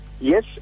yes